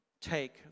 take